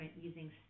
using